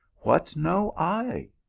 what know i,